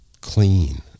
Clean